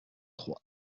trois